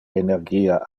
energia